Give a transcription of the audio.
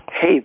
hey